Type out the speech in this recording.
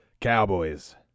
Cowboys